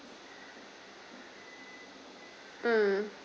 mm